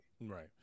Right